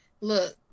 Look